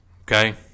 okay